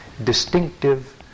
distinctive